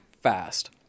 fast